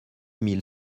mille